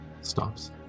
stops